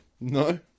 No